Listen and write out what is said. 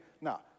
Now